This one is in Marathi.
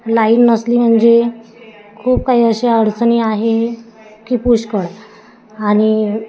लाईन नसली म्हणजे खूप काही अशा अडचणी आहे की पुष्कळ आणि